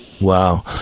Wow